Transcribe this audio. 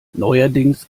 neuerdings